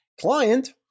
client